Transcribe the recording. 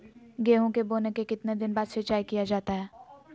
गेंहू के बोने के कितने दिन बाद सिंचाई किया जाता है?